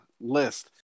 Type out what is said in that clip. list